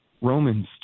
Romans